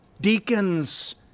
Deacons